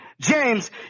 James